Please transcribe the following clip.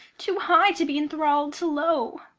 too high to be enthrall'd to low.